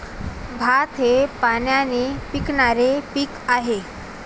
भात हे पाण्याने पिकणारे पीक आहे